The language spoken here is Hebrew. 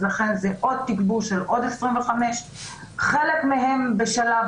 אז לכן זה עוד תגבור של עוד 25. חלק מהם בשלב